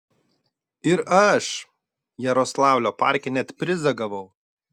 ir aš jaroslavlio parke net prizą gavau